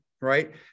right